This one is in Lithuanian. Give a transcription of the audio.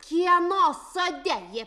kieno sode